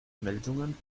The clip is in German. meldungen